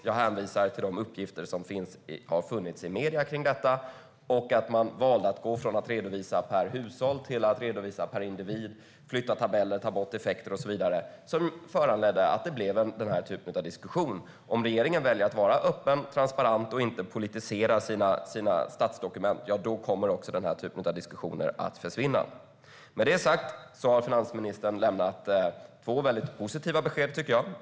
Jag hänvisar till de uppgifter som har funnits i medierna och till att man valde att gå från att redovisa per hushåll till per individ. Sedan har man flyttat tabeller, tagit bort effekter och så vidare. Det föranledde att det blev den här typen av diskussion. Om regeringen väljer att vara öppen och transparent och inte politisera sina statsdokument kommer också den här typen av diskussioner att försvinna. Med det sagt har finansministern lämnat två väldigt positiva besked.